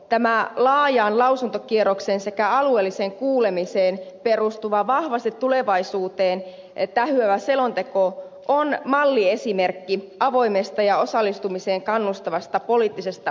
tämä laajaan lausuntokierrokseen sekä alueelliseen kuulemiseen perustuva vahvasti tulevaisuuteen tähyävä selonteko on malliesimerkki avoimesta ja osallistumiseen kannustavasta poliittisesta valmistelusta